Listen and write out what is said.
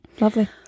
Lovely